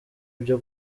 byo